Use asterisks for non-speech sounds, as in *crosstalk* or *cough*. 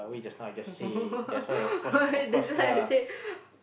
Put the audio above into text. *laughs* why that's why I said